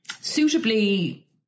suitably